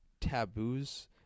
taboos